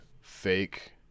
fake